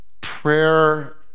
prayer